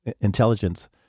Intelligence